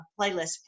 playlist